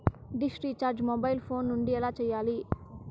dish recharge mobile phone నుండి ఎలా సేయాలి